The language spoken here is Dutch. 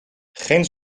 geen